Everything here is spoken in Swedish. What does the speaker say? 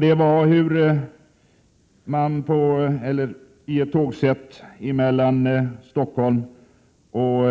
Det gäller hur man i ett tågsätt mellan Stockholm och